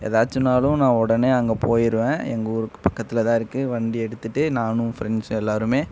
ஏதாச்சுனாலும் நான் உடனே அங்கே போயிடுவேன் எங்கள் ஊருக்கு பக்கத்தில்தான் இருக்குது வண்டியை எடுத்துகிட்டு நானும் ஃப்ரெண்ட்ஸும் எல்லோருமே